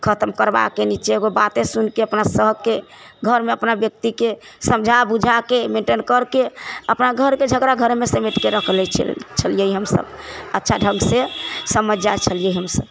खतम करबाके नीचे एकगो बाते सुनके अपना सबके घरमे अपना व्यक्तिके समझा बुझाके मेन्टेन करके अपना घरके झगड़ा घरमे समेटके रख लै छियै छलियै हम सब अच्छा ढ़ङ्गसँ समझ जाइ छलियै हम सब